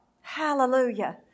Hallelujah